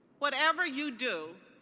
whatever you do,